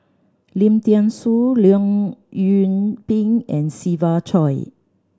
Lim Thean Soo Leong Yoon Pin and Siva Choy